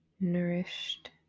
nourished